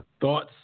Thoughts